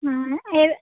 ആ ഏത്